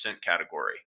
category